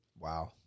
Wow